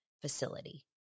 facility